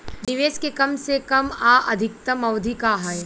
निवेश के कम से कम आ अधिकतम अवधि का है?